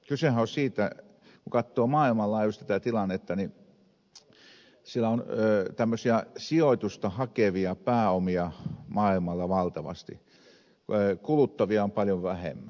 kysehän on siitä kun katsoo maailmanlaajuisesti tätä tilannetta että maailmalla on tämmöisiä sijoitusta hakevia pääomia valtavasti kuluttavia on paljon vähemmän